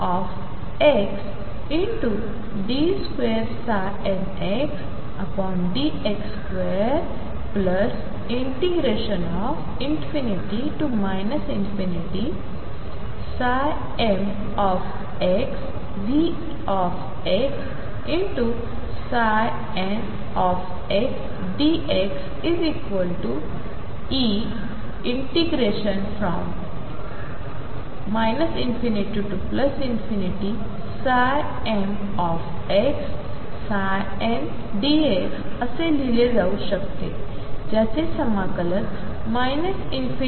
ज्याचे समाकलन ∞ to ∞ होईल तर ते समीकरण क्रमांक 1